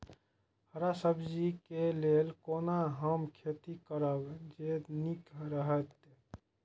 हरा सब्जी के लेल कोना हम खेती करब जे नीक रहैत?